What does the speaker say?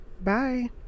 Bye